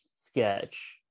sketch